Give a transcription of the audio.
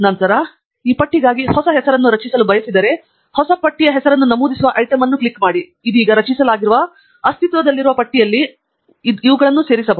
ನಂತರ ನೀವು ಈ ಪಟ್ಟಿಗಾಗಿ ಹೊಸ ಹೆಸರನ್ನು ರಚಿಸಲು ಬಯಸಿದರೆ ಹೊಸ ಪಟ್ಟಿಯ ಪಟ್ಟಿಯ ಹೆಸರನ್ನು ನಮೂದಿಸುವ ಐಟಂ ಅನ್ನು ಕ್ಲಿಕ್ ಮಾಡಬಹುದು ಅಥವಾ ನಾವು ಇದೀಗ ರಚಿಸಲಾಗಿರುವ ಅಸ್ತಿತ್ವದಲ್ಲಿರುವ ಪಟ್ಟಿಯಲ್ಲಿ ಅವರನ್ನು ಸೇರಿಸಬಹುದು